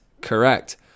Correct